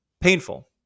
Painful